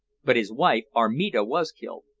but his wife armida was killed.